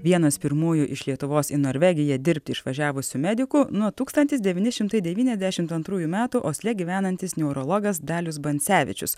vienas pirmųjų iš lietuvos į norvegiją dirbti išvažiavusių medikų nuo tūkstantis devyni šimtai devyniasdešim antrųjų metų osle gyvenantis neurologas dalius bansevičius